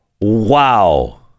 Wow